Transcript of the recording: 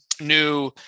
new